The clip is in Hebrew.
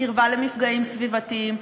קרבה למפגעים סביבתיים,